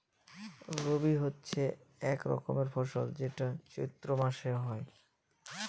রবি হচ্ছে এক রকমের ফসল যেটা চৈত্র মাসে হয়